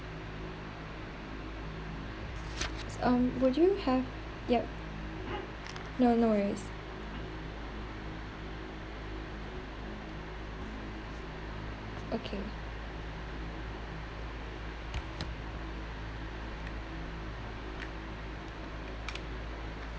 um would you have yup no no worries okay